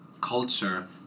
culture